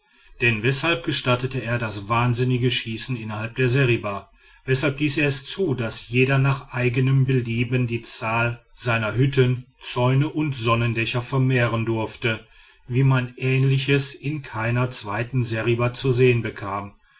denn weshalb gestattete er das wahnsinnige schießen innerhalb der seriba weshalb ließ er es zu daß jeder nach eignem belieben die zahl seiner hütten zäune und sonnendächer vermehren durfte wie man ähnliches in keiner zweiten seriba zu sehen bekam